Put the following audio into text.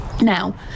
Now